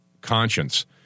conscience